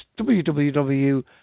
www